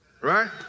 Right